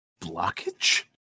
blockage